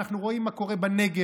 אנחנו רואים מה קורה בנגב,